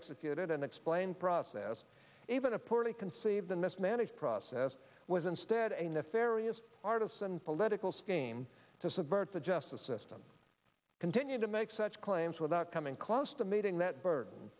executed and explain process even a poorly conceived and mismanaged process was instead a nefarious artists and political scheme to subvert the justice system continue to make such claims without coming close to meeting that burden